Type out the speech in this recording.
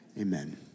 amen